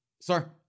Sir